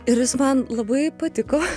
ir jis man labai patiko